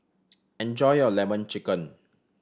enjoy your Lemon Chicken